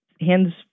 hands